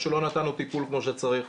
או שלא נתנו טיפול כמו שצריך,